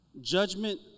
Judgment